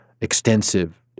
extensive